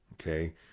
okay